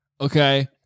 Okay